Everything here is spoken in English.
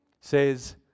says